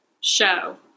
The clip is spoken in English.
show